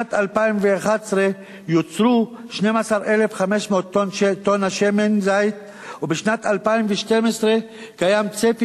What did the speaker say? בשנת 2011 יוצרו 12,500 טונה שמן זית ובשנת 2012 קיים צפי